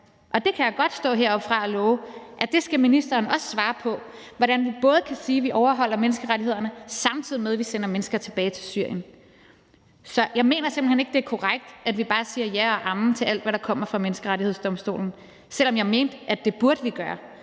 Og det kan jeg godt stå heroppefra at love at ministeren også skal svare på, altså hvordan vi både kan sige, at vi overholder menneskerettighederne, og sende mennesker tilbage til Syrien. Så jeg mener simpelt hen ikke, det er korrekt, at vi bare siger ja og amen til alt, hvad der kommer fra Menneskerettighedsdomstolen, selv om jeg mener, at det burde vi gøre.